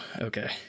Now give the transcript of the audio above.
okay